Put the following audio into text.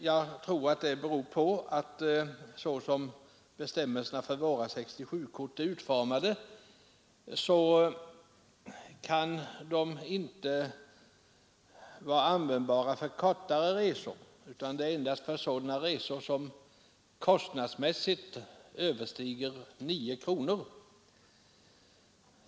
Jag tror att förklaringen är att såsom bestämmelserna för våra 67-kort är utformade så är de inte användbara för kortare resor utan endast för sådana resor som kostnadsmässigt överstiger 9 kronor.